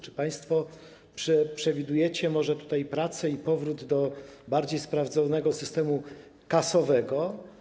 Czy państwo przewidujecie może pracę, powrót do bardziej sprawdzonego systemu kasowego?